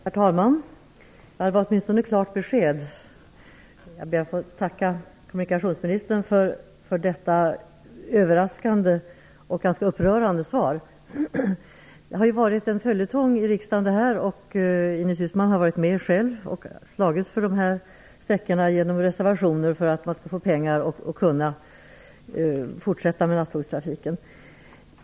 Herr talman! Det var åtminstone ett klart besked. Jag ber att få tacka kommunikationsministern för detta överraskande och ganska upprörande svar. Det här har ju varit en följetång i riksdagen. Ines Uusmann har själv varit med och slagit för de här sträckorna genom att i reservationer begära pengar för att man skall kunna fortsätta med nattågstrafiken.